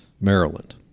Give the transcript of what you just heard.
Maryland